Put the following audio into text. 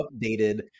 updated